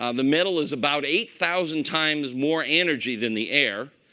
um the metal is about eight thousand times more energy than the air.